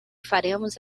faremos